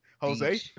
Jose